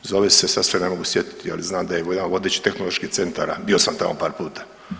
Zove se sad se ne mogu sjetiti, ali znam da je jedan od vodećih tehnoloških centara, bio sam tamo par puta.